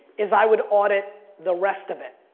is i would audit the rest of it.